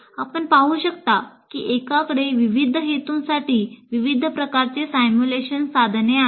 आपण पाहू शकता की एकाकडे विविध हेतूंसाठी विविध प्रकारचे सिम्युलेशन साधने आहेत